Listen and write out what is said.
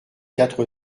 quatre